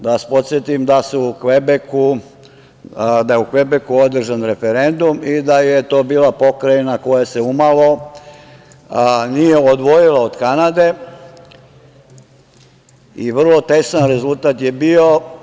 Da vas podsetim da je u Kvebeku održan referendum i da je to bila pokrajina koja se umalo nije odvojila od Kanade i vrlo tesan rezultat je bio.